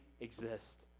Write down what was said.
exist